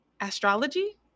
astrology